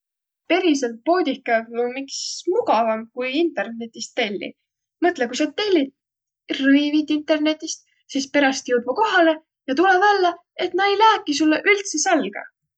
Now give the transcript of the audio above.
Periselt poodih kävvüq om iks mugavamb, ku internetist telliq. Mõtlõq, ku sa tellit rõivit internetist, sis peräst joudvaq kohalõ ja tulõ vällä, et naaq ei lääki sullõ üldse sälgä.